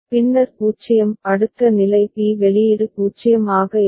பின்னர் 0 அடுத்த நிலை b வெளியீடு 0 ஆக இருக்கும்